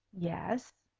yes.